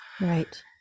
Right